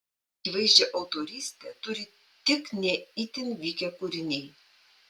akivaizdžią autorystę turi tik ne itin vykę kūriniai